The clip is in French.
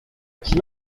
qui